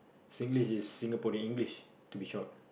Singlish is Singaporean English to be short